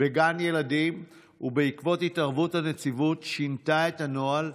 בגן ילדים ובעקבות התערבות הנציבות שינתה את הנוהל,